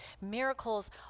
Miracles